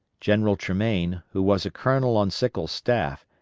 general tremaine, who was a colonel on sickles' staff,